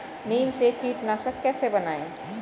नीम से कीटनाशक कैसे बनाएं?